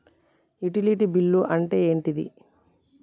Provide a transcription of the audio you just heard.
Utility bill అంటే ఏంటిది?